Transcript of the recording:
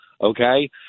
okay